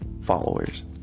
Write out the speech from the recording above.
followers